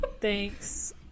Thanks